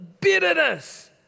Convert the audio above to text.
Bitterness